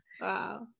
Wow